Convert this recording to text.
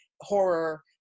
horror